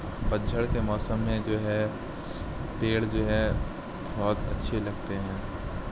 پتجھڑ کے موسم میں جو ہے پیڑ جو ہے بہت اچھے لگتے ہیں